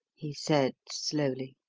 he said slowly.